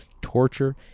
torture